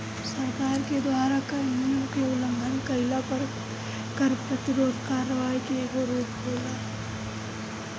सरकार के द्वारा कर नियम के उलंघन कईला पर कर प्रतिरोध करवाई के एगो रूप होला